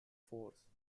force